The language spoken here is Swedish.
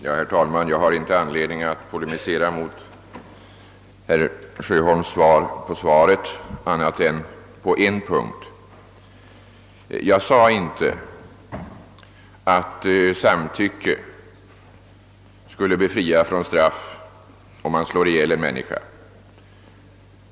Herr talman! Jag har inte anledning att polemisera mot herr Sjöholms svar på svaret annat än på en punkt. Jag sade inte att samtycke skulle befria från straff om man slår ihjäl en människa.